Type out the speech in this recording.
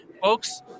folks